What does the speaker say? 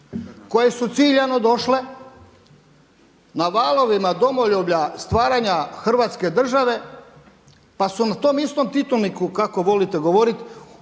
koje su ciljano došle na valovima domoljublja, stvaranja hrvatske države pa su nam tom istom … kako volite govoriti